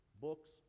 books